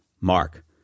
Mark